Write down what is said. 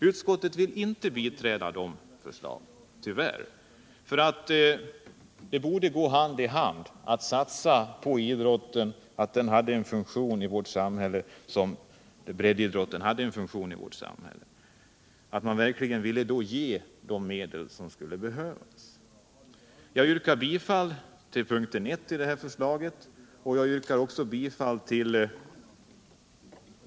Utskottet vill inte biträda de förslagen — tyvärr, för cn satsning på olympiska spel borde gå hand i hand med en satsning på breddidrotten så att den kunde få en funktion i vårt samhälle.